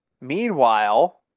Meanwhile